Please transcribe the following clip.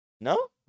No